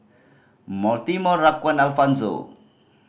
Mortimer Raquan and Alfonzo